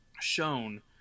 shown